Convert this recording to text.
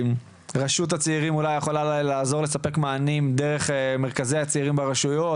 רשות הצעירים אולי יכולה לעזור לספק מענים דרך מרכזי הצעירים ברשויות.